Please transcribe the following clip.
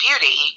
Beauty